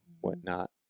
whatnot